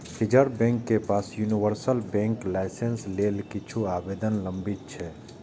reserve bank के पास universal बैंकक लाइसेंस लेल किछु आवेदन लंबित छै